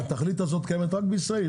התכלית הזאת קיימת רק בישראל,